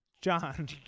John